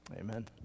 Amen